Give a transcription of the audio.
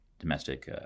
Domestic